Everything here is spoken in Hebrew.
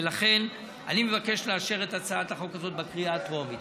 ולכן אני מבקש לאשר את הצעת החוק הזאת בקריאה הטרומית.